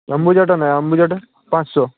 অম্বুজাটা নেন অম্বুজাটা পাঁচশো